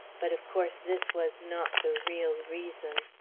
but of course this was not the real reason.